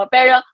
Pero